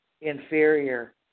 inferior